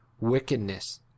wickedness